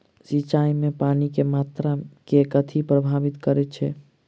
सिंचाई मे पानि केँ मात्रा केँ कथी प्रभावित करैत छै?